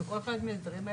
מגבלת התקהלות בלי תו ירוק,